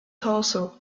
torso